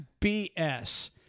BS